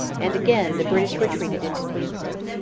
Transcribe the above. and again the british retreated into queenston.